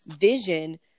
vision